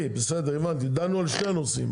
דנו על שני הנושאים.